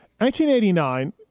1989